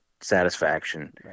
satisfaction